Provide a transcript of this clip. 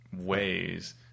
ways